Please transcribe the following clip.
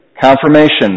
confirmation